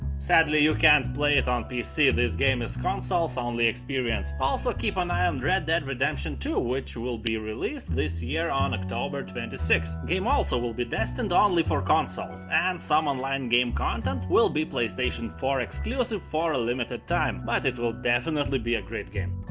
sadly you can't play it on pc, this game is consoles only experience. also keep an eye on and red dead redemption two which will be released this year on october twenty six. game also will be destined ah only for consoles and some online game content will be playstation four exclusive for a limited time. but it will definitely be a great game.